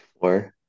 four